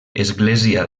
església